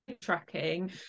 tracking